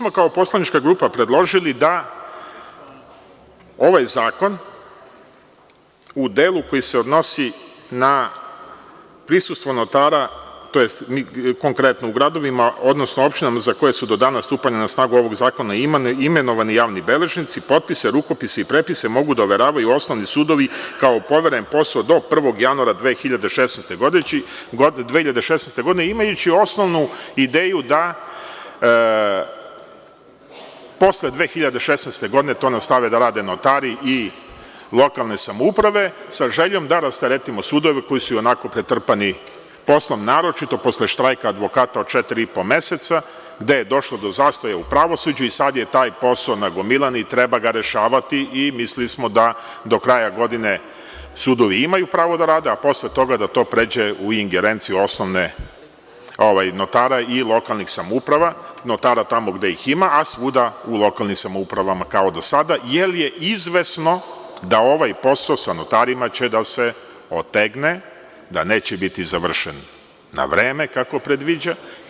Mi smo kao poslanička grupa predložili da ovaj zakon u delu koji se odnosi na prisustvo notara, tj. konkretno u gradovima, odnosno opštinama za koje su do dana stupanja na snagu ovog zakona imenovani javni beležnici, potpise, rukopise i prepise mogu da overavaju osnovni sudovi kao poveren posao do 1. januara 2016. godine, imajući osnovnu ideju da posle 2016. godine to nastave da rade notari i lokalne samouprave, sa željom da rasteretimo sudove koji su i onako pretrpani poslom, naročito posle štrajka advokata od četiri i po meseca, gde je došlo do zastoja u pravosuđu i sada je taj posao nagomilan i treba ga rešavati i mislili smo da do kraja godine sudovi imaju pravo da rade, a posle toga da to pređe u ingerenciju notara i lokalnih samouprava, notara tamo gde ih ima, a svuda u lokalnim samoupravama kao do sada, jer je izvesno da ovaj posao sa notarima će da se otegne, da neće biti završen na vreme kao predviđa.